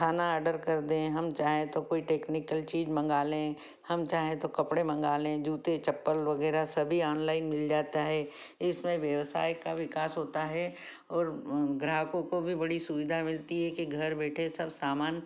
खाना आडर कर दें हम चाहें तो कोई टेक्निकल चीज मँगा लें हम चाहें तो कपड़े मँगा लें जूते चप्पल वगैरह सभी आनलाइन मिल जाता है इसमें व्यवसाय का विकास होता है और ग्राहकों को भी बड़ी सुविधा मिलती है कि घर बैठे सब सामान